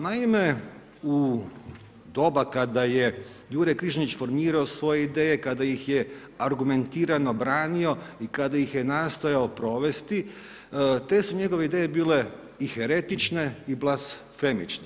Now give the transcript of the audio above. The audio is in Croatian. Naime u doba kada je Juraj Križanić formirao svoje ideje, kada ih je argumentirao branio i kada ih je nastojao provesti te su njegove ideje bile i heretične i blasfemične.